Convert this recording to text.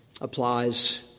applies